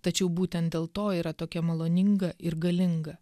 tačiau būtent dėl to yra tokia maloninga ir galinga